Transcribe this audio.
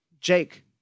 Jake